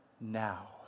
now